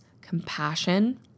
compassion